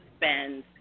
spend